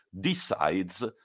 decides